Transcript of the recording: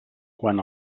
quan